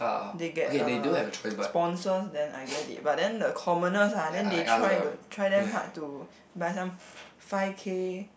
they get uh sponsors then I get it but then the commoners ah then they try to try damn hard to buy some five K